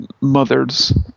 mothers